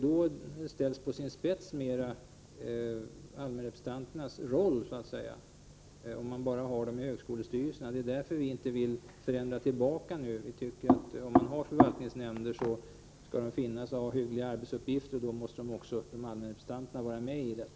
Då ställs allmänrepresentanternas roll mera på sin spets så att säga. Det är därför vi inte vill förändra tillbaka nu. Om det finns förvaltningsnämnder, skall de ha hyggliga arbetsuppgifter, och då måste också allmänrepresentanterna vara med där.